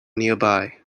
nearby